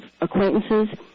acquaintances